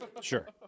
Sure